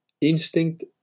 instinct